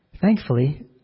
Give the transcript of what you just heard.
Thankfully